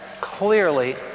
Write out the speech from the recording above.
clearly